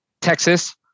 Texas